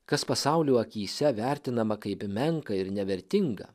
kas pasaulio akyse vertinama kaip menka ir nevertinga